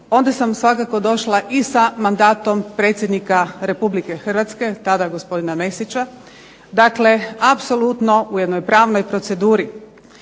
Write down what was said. onda sam svakako došla i sa mandatom predsjednika RH, tada gospodina Mesića, dakle apsolutno u jednoj pravnoj proceduri.